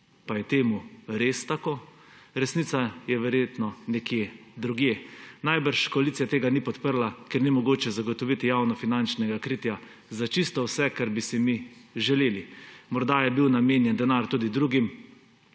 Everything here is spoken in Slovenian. Pa je temu res tako? Resnica je verjetno nekje drugje. Najbrž koalicija tega ni podprla, ker ni mogoče zagotoviti javnofinančnega kritja za čisto vse, kar bi si mi želeli. Morda je bil namenjen denar tudi drugim